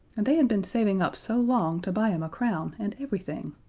and they had been saving up so long to buy him a crown, and everything!